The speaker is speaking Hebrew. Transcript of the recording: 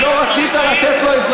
בין שהוא נוצרי, ולא רצית לתת לו אזרחות.